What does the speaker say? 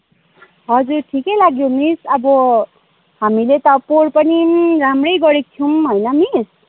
हजुर ठिकै लाग्यो मिस अब हामीले त पोहोर पनि राम्रै गरेको थियौँ होइन मिस